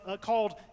called